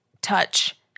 touch